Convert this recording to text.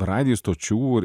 radijo stočių ir